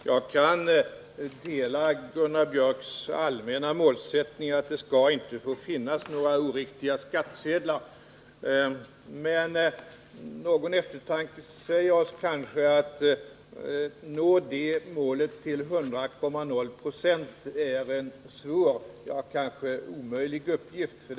Herr talman! Jag kan dela Gunnar Biörcks i Värmdö allmänna målsättning, att det inte skall få finnas några oriktiga skattsedlar. Men någon eftertanke säger oss kanske att det är en svår, ja, kanske omöjlig uppgift att nå det målet till 100,0 20.